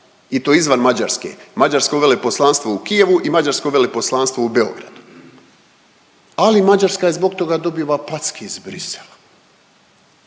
i to izvan Mađarske. Mađarska je uvela i poslanstvo u Kijevu i Mađarska je uvela poslanstvo u Beogradu. Ali Mađarska je zbog toga dobiva packe iz Bruxellesa,